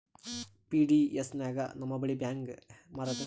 PDS ನಾಗ ನಮ್ಮ ಬ್ಯಾಳಿ ಹೆಂಗ ಮಾರದ?